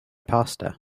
pasta